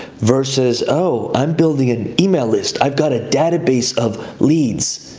versus, oh, i'm building an email list. i've got a database of leads.